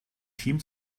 team